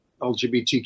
LGBTQ